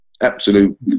Absolute